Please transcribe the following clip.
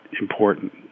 important